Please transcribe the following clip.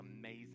amazing